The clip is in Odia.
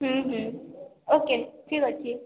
ହୁଁ ହୁଁ ଓକେ ଠିକ୍ ଅଛି